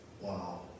Wow